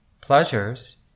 pleasures